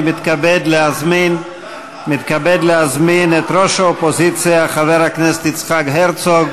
אני מתכבד להזמין את ראש האופוזיציה חבר הכנסת יצחק הרצוג.